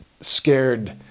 scared